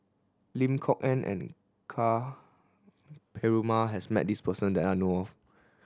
Lim Kok Ann and Ka Perumal has met this person that I know of